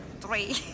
three